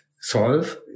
solve